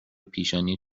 پیشانی